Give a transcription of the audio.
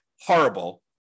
horrible